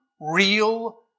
real